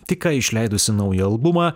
tik ką išleidusi naują albumą